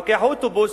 לוקח אוטובוס